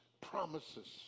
promises